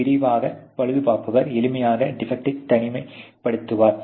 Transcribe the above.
விரைவாக பழுதுபார்ப்பவர் எளிமையாக டிபெக்ட்டை தனிமை படுத்துவார்